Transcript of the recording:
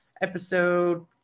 episode